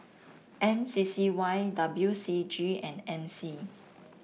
M C C Y W C G and M C